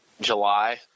July